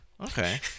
Okay